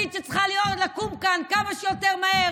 סליחה, סליחה, זאת אימא שלי,